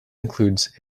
includes